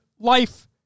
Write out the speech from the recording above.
life